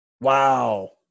Wow